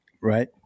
Right